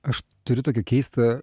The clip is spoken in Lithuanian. aš turiu tokį keistą